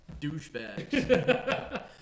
douchebags